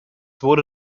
wurde